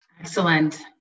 Excellent